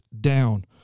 down